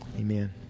amen